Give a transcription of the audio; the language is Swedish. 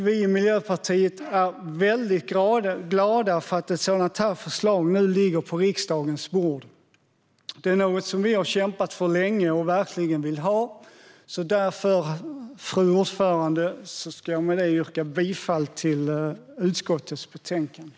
Vi i Miljöpartiet är väldigt glada över att ett sådant förslag nu ligger på riksdagens bord. Det är något vi kämpat för länge och verkligen vill ha. Fru talman! Med detta yrkar jag bifall till utskottets förslag.